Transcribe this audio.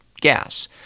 gas